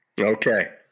Okay